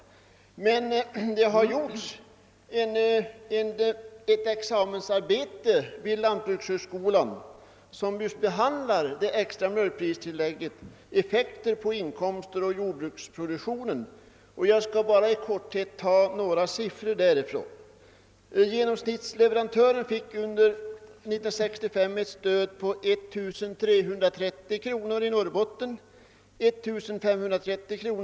Vid lantbrukshögskolan har emellertid ett examensarbete utförts, vilket just behandlar effekterna på inkomster och produktion genom införande av ett extra mjölkpristillägg. Jag skall i korthet nämna några siffror som är hämtade därifrån. Genomsnittsleverantören fick under 1965 ett stöd på 1330 kr. i Norrbotten — 1530 kr.